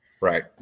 Right